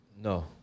No